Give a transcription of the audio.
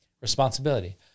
Responsibility